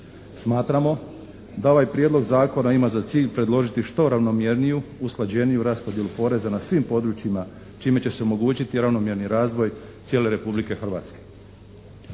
Smatramo da ovaj Prijedlog zakona ima za cilj predložiti što ravnomjerniju, usklađeniju raspodjelu poreza na svim područjima čime će se omogućiti ravnomjerni razvoj cijele Republike Hrvatske.